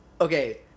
Okay